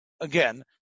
again